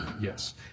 Yes